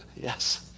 Yes